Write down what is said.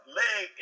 leg